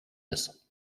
ist